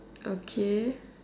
okay